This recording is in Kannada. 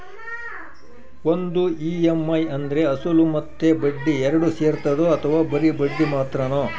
ಒಂದು ಇ.ಎಮ್.ಐ ಅಂದ್ರೆ ಅಸಲು ಮತ್ತೆ ಬಡ್ಡಿ ಎರಡು ಸೇರಿರ್ತದೋ ಅಥವಾ ಬರಿ ಬಡ್ಡಿ ಮಾತ್ರನೋ?